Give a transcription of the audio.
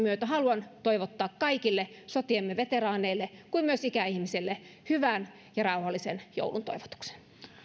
myötä haluan toivottaa kaikille sotiemme veteraaneille kuin myös ikäihmisille hyvän ja rauhallisen joulun toivotuksen